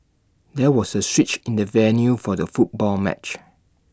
there was A switch in the venue for the football match